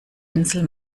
insel